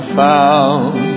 found